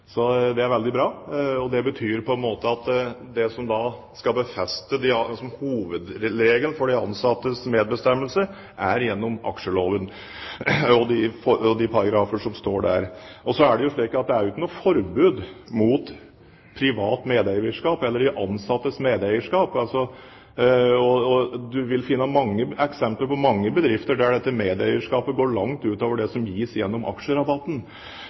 Så er det slik at det er jo ikke noe forbud mot privat medeierskap eller de ansattes medeierskap. En vil finne eksempler på mange bedrifter der dette medeierskapet går langt utover det som gis gjennom aksjerabatten.